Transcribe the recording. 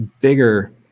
bigger